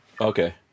okay